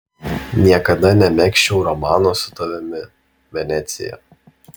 niekada nemegzčiau romano su tavimi venecija